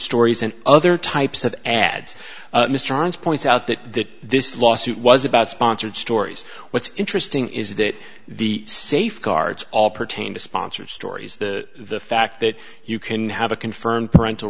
stories and other types of ads mr johns points out that this lawsuit was about sponsored stories what's interesting is that the safeguards all pertain to sponsored stories the fact that you can have a confirmed parental